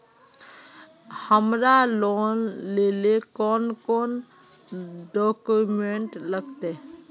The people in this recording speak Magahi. हमरा लोन लेले कौन कौन डॉक्यूमेंट लगते?